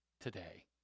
today